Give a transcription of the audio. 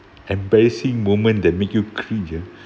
embarrassing moment that make you cringe ah